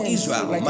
Israel